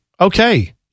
Okay